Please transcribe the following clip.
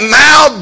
now